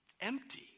empty